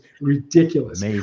ridiculous